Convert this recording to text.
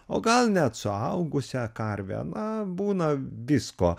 o gal net suaugusią karvę na būna visko